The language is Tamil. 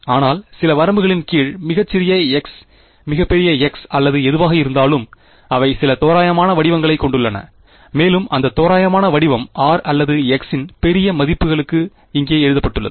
ஆனால் சில வரம்புகளின் கீழ் மிகச் சிறிய x மிகப் பெரிய x அல்லது எதுவாக இருந்தாலும் அவை சில தோராயமான வடிவங்களைக் கொண்டுள்ளன மேலும் அந்த தோராயமான வடிவம் r அல்லது x இன் பெரிய மதிப்புகளுக்கு இங்கே எழுதப்பட்டுள்ளது